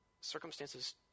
circumstances